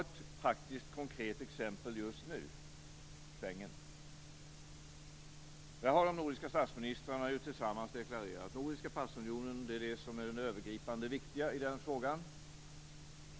Ett praktiskt, konkret och aktuellt exempel är De nordiska statsministrarna har tillsammans deklarerat att den nordiska passunionen är det som är det övergripande och viktiga i Schengenfrågan.